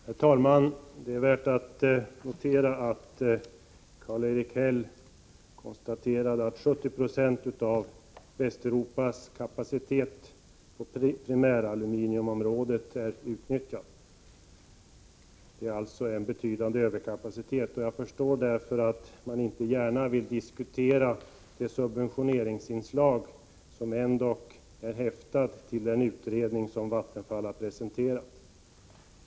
Herr talman! Det är värt att notera att Karl-Erik Häll konstaterade att 70 70 av Västeuropas kapacitet på primäraluminiumområdet är utnyttjad. Det finns alltså en betydande överkapacitet, och jag förstår därför att man inte gärna vill diskutera det subventionsinslag som ändå är häftat vid den utredning som Vattenfall har presenterat.